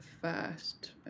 first